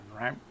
right